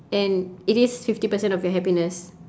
and it is fifty percent of your happiness